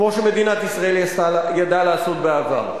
כמו שמדינת ישראל ידעה לעשות בעבר.